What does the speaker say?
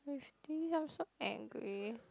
with this I'm so angry